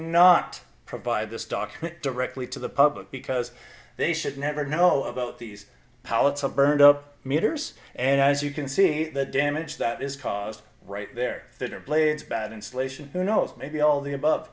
not provide this dock directly to the public because they should never know about these pallets of burned up meters and as you can see the damage that is caused right there that are blades bad insulation who knows maybe all the above